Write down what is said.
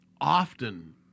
often